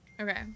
Okay